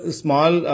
small